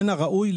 מן הראוי,